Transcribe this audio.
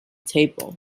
table